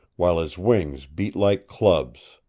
while his wings beat like clubs.